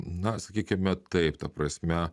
na sakykime taip ta prasme